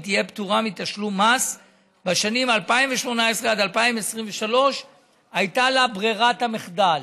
היא תהיה פטורה מתשלום מס בשנים 2018 עד 2023. הייתה לה ברירת המחדל: